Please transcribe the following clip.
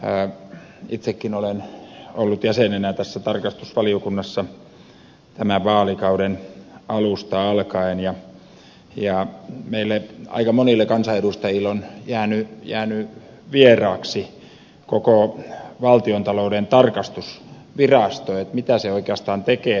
itsekin olen ollut jäsenenä tässä tarkastusvaliokunnassa tämän vaalikauden alusta alkaen ja meille aika monille kansanedustajille on jäänyt vieraaksi koko valtiontalouden tarkastusvirasto mitä se oikeastaan tekee